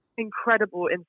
Incredible